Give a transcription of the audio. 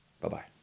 Bye-bye